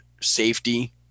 safety